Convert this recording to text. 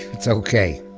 it's ok.